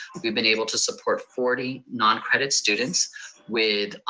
we've been able to support forty non-credit students with